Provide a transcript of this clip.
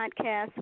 podcast